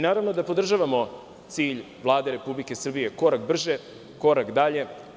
Naravno da podržavamo cilj Vlade Republike Srbije – korak brže, korak dalje.